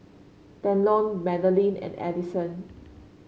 Delton Magdalene and Addison